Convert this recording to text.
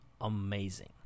amazing